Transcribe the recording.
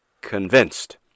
convinced